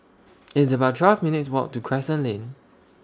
It's about twelve minutes' Walk to Crescent Lane